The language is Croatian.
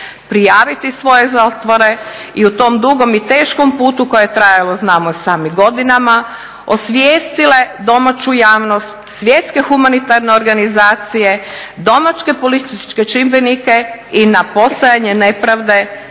prijaviti svoje zlotvore i u tom dugom i teškom putu koji je trajao znamo i sami godinama osvijestile domaću javnost, svjetske humanitarne organizacije, domaće političke čimbenike na postojanje nepravde